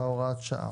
בהוראת השעה: